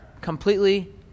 completely